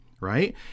right